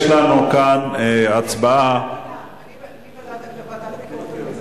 יש לנו כאן הצבעה, אני, הוועדה לביקורת המדינה.